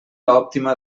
òptima